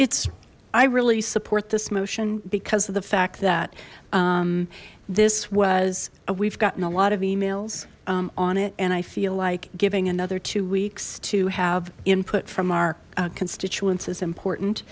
it's i really support this motion because of the fact that this was we've gotten a lot of emails on it and i feel like giving another two weeks to have input from our constituents as important